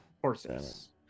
horses